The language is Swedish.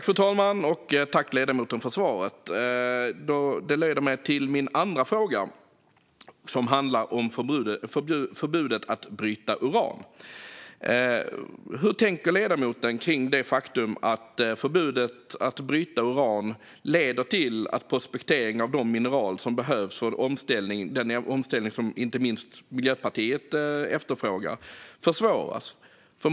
Fru talman! Tack, ledamoten, för svaret! Det leder mig till min andra fråga, som handlar om förbudet mot att bryta uran. Hur tänker ledamoten om det faktum att förbudet att bryta uran leder till att prospektering av de mineraler som behövs för den omställning som inte minst Miljöpartiet efterfrågar försvåras?